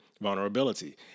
vulnerability